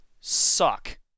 suck